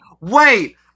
wait